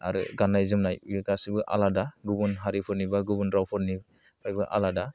आरो गाननाय जोमनाय बियो गासिबो आलादा गुबुन हारिफोरनि बा गुबुन रावफोनिफ्रायबो आलादा